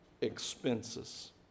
expenses